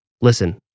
Listen